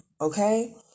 okay